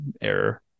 error